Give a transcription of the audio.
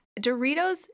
Doritos